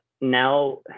Now